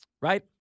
right